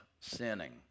sinning